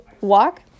walk